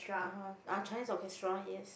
uh ah Chinese Orchestra yes